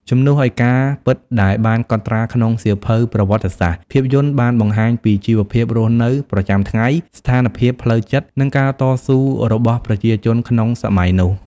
ជំនួសឲ្យការពិតដែលបានកត់ត្រាក្នុងសៀវភៅប្រវត្តិសាស្ត្រ ភាពយន្តបានបង្ហាញពីជីវភាពរស់នៅប្រចាំថ្ងៃ ស្ថានភាពផ្លូវចិត្ត និងការតស៊ូរបស់ប្រជាជនក្នុងសម័យនោះ។